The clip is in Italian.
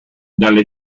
dalle